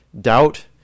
doubt